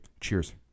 Cheers